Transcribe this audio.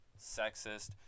sexist